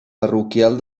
parroquial